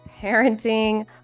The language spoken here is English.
parenting